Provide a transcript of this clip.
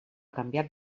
canviat